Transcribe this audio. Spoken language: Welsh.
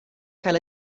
cael